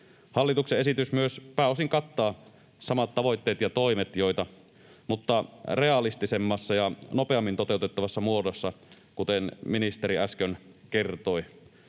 Hallituksen esitys myös pääosin kattaa samat tavoitteet ja toimet, mutta realistisemmassa ja nopeammin toteutettavassa muodossa, kuten ministeri äsken kertoi.